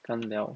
尴聊